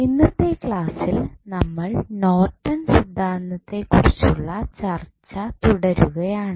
ഇന്നത്തെ ക്ലാസ്സിൽ നമ്മൾ നോർട്ടൺ സിദ്ധാന്തത്തെ കുറിച്ചുള്ള ചർച്ച തുടരുകയാണ്